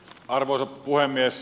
arvoisa puhemies